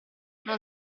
non